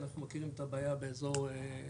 אנחנו מכירים את הבעיה באזור איתמר,